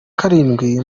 karindwi